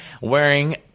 wearing